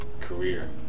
career